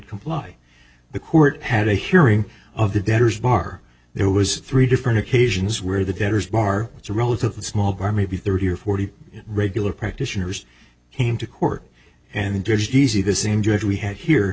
comply the court had a hearing of the debtors bar there was three different occasions where the debtors bar it's a relatively small bar maybe thirty or forty regular practitioners came to court and to g c the same judge we had here